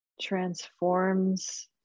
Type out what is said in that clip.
transforms